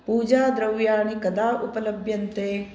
पूजा द्रव्याणि कदा उपलभ्यन्ते